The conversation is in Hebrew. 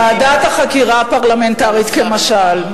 ועדת החקירה הפרלמנטרית כמשל.